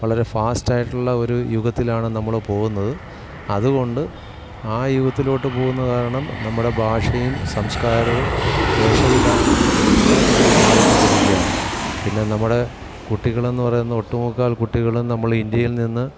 വളരെ ഫാസ്റ്റായിട്ടുള്ള ഒരു യുഗത്തിലാണ് നമ്മൾ പോകുന്നത് അതുകൊണ്ട് ആ യുഗത്തിലോട്ട് പോകുന്നത് കാരണം നമ്മുടെ ഭാഷയും സംസ്കാരവും വേഷവിധാനങ്ങളും എല്ലാം നമ്മൾ മാറിക്കൊണ്ടിരിക്കുകയാണ് പിന്നെ നമ്മുടെ കുട്ടികളെന്ന് പറയുന്നത് ഒട്ടുമുക്കാൽ കുട്ടികളും നമ്മൾ ഇന്ത്യയിൽ നിന്ന്